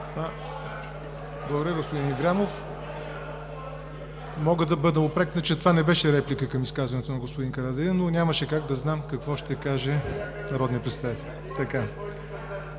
Ви, господин Ибрямов. Мога да бъда упрекнат, че това не беше реплика към изказването на господин Карадайъ, но нямаше как да знам какво ще каже народният представител.